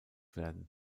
werden